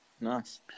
Nice